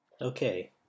okay